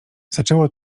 zaczęło